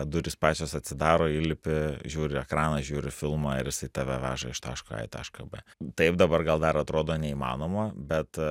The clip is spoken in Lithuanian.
durys pačios atsidaro įlipi žiūri ekraną žiūri filmą ir jisai tave veža iš taško a į tašką b taip dabar gal dar atrodo neįmanoma bet